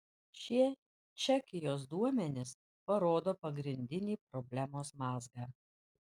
šie čekijos duomenys parodo pagrindinį problemos mazgą